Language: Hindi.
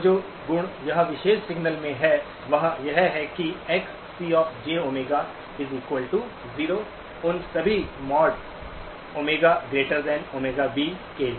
तो जो गुण यह विशेष सिग्नल में है वह यह है कि XcjΩ0 उन सभी ¿Ω∨≥ΩB के लिए